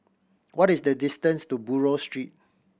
what is the distance to Buroh Street